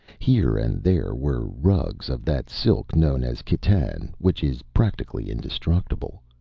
here and there were rugs of that silk known as khitan which is practically indestructible.